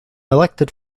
elected